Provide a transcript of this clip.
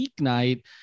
weeknight